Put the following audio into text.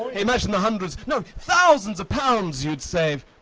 imagine the hundreds, nay, thousands of pounds you'd save!